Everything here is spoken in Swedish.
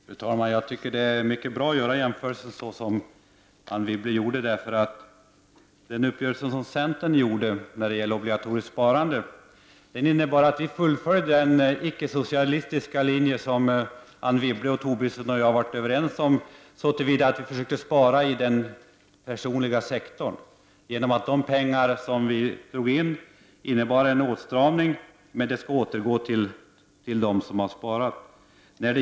Fru talman! Jag tycker att det är mycket bra att göra jämförelsen så som den gjordes av Anne Wibble. Den uppgörelse om obligatoriskt sparande som centern ingick innebar att vi fullföljde den icke-socialistiska linje som Anne Wibble, Lars Tobisson och jag har varit överens om, så till vida att besparingar skall göras inom den privata sektorn. De pengar som vi drog in innebar en åtstramning, men skall återgå till dem som har sparat.